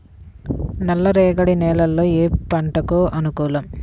నల్ల రేగడి నేలలు ఏ పంటకు అనుకూలం?